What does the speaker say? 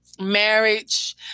marriage